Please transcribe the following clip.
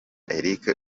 eric